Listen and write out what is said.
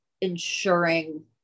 ensuring